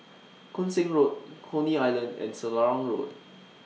Koon Seng Road Coney Island and Selarang Road